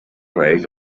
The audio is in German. reich